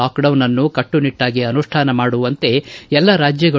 lockdown ಅನ್ನು ಕಟ್ಟುನಿಟ್ಲಾಗಿ ಅನುಷ್ಠಾನ ಮಾಡುವಂತೆ ಎಲ್ಲ ರಾಜ್ಯಗಳು